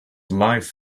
life